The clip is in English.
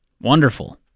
Wonderful